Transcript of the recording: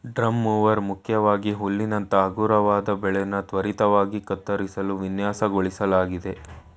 drum mower ಮುಖ್ಯವಾಗಿ ಹುಲ್ಲಿನಂತ ಹಗುರವಾದ ಬೆಳೆನ ತ್ವರಿತವಾಗಿ ಕತ್ತರಿಸಲು ವಿನ್ಯಾಸಗೊಳಿಸ್ಲಾಗಿದೆ